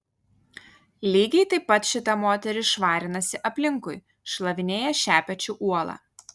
lygiai taip pat šita moteris švarinasi aplinkui šlavinėja šepečiu uolą